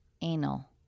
anal